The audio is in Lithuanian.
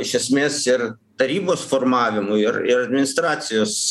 iš esmės ir tarybos formavimui ir ir administarcijos